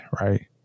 right